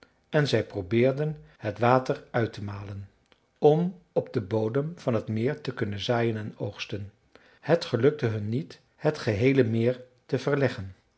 en zij probeerden het water uit te malen om op den bodem van het meer te kunnen zaaien en oogsten het gelukte hun niet het geheele meer te verleggen